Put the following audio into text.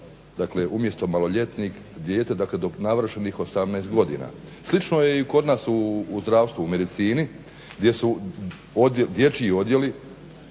Dakle umjesto maloljetnih dijete dakle do navršenih 18 godina. Slično je kod nas u zdravstvu u medicini gdje su dječji odjeli